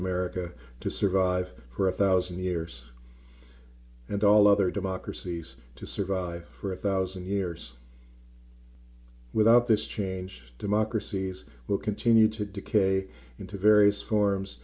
america to survive for a one thousand years and all other democracies to survive for a one thousand years without this change democracies will continue to decay into various forms